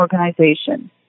organization